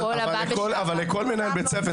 אבל לכל מנהל בית ספר,